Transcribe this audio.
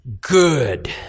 good